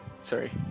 Sorry